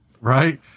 Right